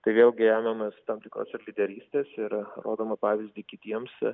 tai vėlgi emamės tam tikros ir lyderystės ir rodome pavyzdį kitiems